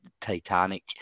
Titanic